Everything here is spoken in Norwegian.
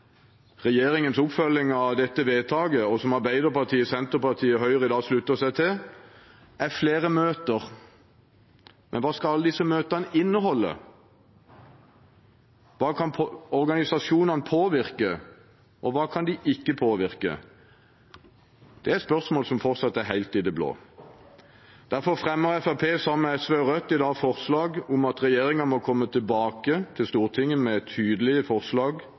Regjeringens oppfølging av dette vedtaket, og som Arbeiderpartiet, Senterpartiet og Høyre slutter seg til, er flere møter, men hva skal alle disse møtene inneholde? Hva kan organisasjonene påvirke, og hva kan de ikke påvirke? Det er et spørsmål som fortsatt er helt i det blå. Derfor fremmer Fremskrittspartiet sammen med SV og Rødt i dag forslag om at regjeringen må komme tilbake til Stortinget med tydelige forslag